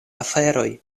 aferoj